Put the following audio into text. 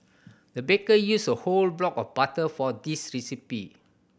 the baker used a whole block of butter for this recipe